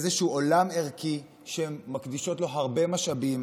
הן שמות לעצמן איזשהו עולם ערכי שהן מקדישות לו הרבה משאבים